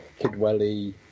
Kidwelly